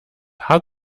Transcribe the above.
haar